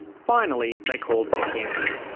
finally they called etienne in.